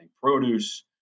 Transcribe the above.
produce